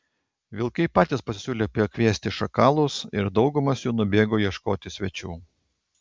vilkai patys pasisiūlė pakviesti šakalus ir daugumas jų nubėgo ieškoti svečių